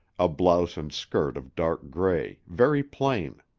a blouse and skirt of dark gray, very plain.